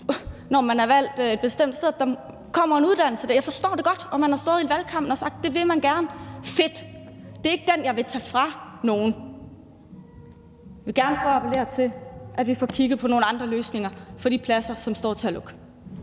når man er valgt et bestemt sted, at der kommer en uddannelse dér. Jeg forstår det godt. Man har stået i valgkampen og sagt, at det vil man gerne. Fedt! Det er ikke den, jeg vil tage fra nogen. Men jeg vil gerne prøve at appellere til, at vi får kigget på nogle andre løsninger for de pladser, som står til at lukke.